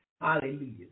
Hallelujah